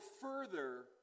further